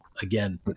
again